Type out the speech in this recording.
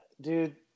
dude